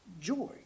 Joy